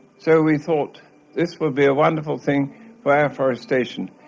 so we thought this would be a wonderful thing for our forestation.